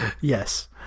Yes